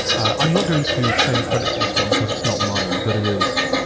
i'm not going to claim credit for this one because it's not mine but it is,